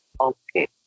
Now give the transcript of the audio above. Okay